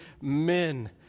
men